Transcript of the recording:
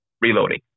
reloading